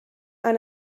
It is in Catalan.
han